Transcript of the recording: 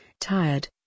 tired